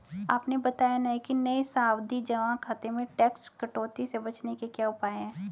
आपने बताया नहीं कि नये सावधि जमा खाते में टैक्स कटौती से बचने के क्या उपाय है?